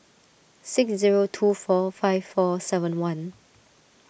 six zero two four five four seven one